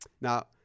Now